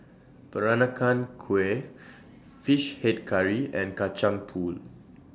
Peranakan Kueh Fish Head Curry and Kacang Pool